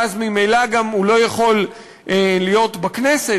ואז ממילא הוא גם לא יכול להיות בכנסת,